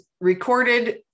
recorded